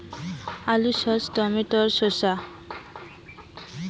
আলু সর্ষে টমেটো শসা